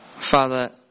Father